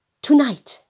Tonight